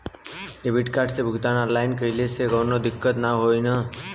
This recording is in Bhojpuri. डेबिट कार्ड से ऑनलाइन भुगतान कइले से काउनो दिक्कत ना होई न?